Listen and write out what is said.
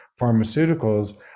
pharmaceuticals